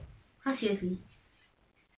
uh seriously